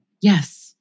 Yes